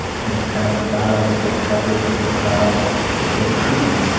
in kind of her battle to get coverage, in her battle to get treatment,